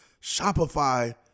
Shopify